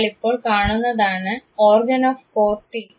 നിങ്ങൾ ഇപ്പോൾ കാണുന്നതാണ് ഓർഗൻ ഓഫ് കോർട്ടി